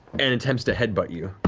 and attempts to headbutt you.